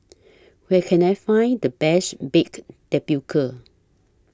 Where Can I Find The Best Baked Tapioca